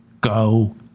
Go